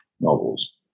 novels